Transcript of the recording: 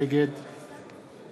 נגד